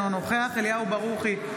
אינו נוכח אליהו ברוכי,